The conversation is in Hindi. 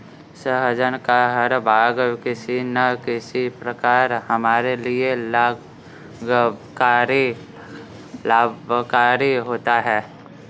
सहजन का हर भाग किसी न किसी प्रकार हमारे लिए लाभकारी होता है